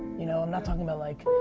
you know? i'm not talking about like,